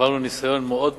עברנו ניסיון מאוד מוצלח,